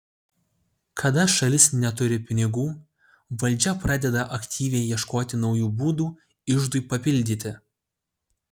kada šalis neturi pinigų valdžia pradeda aktyviai ieškoti naujų būdų iždui papildyti